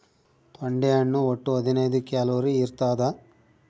ತೊಂಡೆ ಹಣ್ಣು ಒಟ್ಟು ಹದಿನೈದು ಕ್ಯಾಲೋರಿ ಇರ್ತಾದ